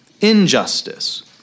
injustice